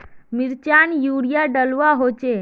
मिर्चान यूरिया डलुआ होचे?